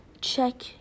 check